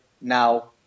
now